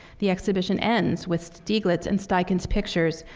the exhibition ends with stieglitz and steichen's pictures,